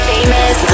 Famous